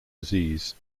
disease